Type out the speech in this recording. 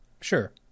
Sure